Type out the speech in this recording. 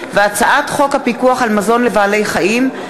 הצעת חוק הפיקוח על מזון לבעלי-חיים,